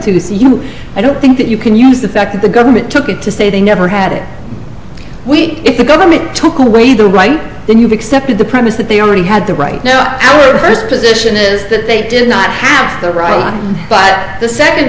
you i don't think that you can use the fact that the government took it to say they never had it if the government took away the right then you've accepted the premise that they already had the right no first position is that they did not have the right but the second